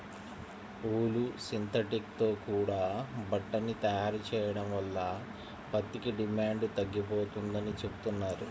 ఊలు, synthetic తో కూడా బట్టని తయారు చెయ్యడం వల్ల పత్తికి డిమాండు తగ్గిపోతందని చెబుతున్నారు